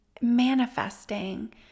manifesting